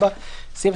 23,